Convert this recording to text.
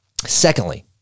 Secondly